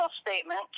statement